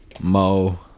Mo